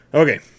Okay